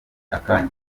akanya